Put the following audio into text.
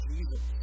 Jesus